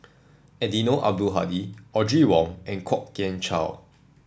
Eddino Abdul Hadi Audrey Wong and Kwok Kian Chow